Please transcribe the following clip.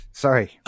Sorry